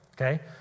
okay